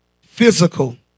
physical